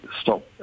stop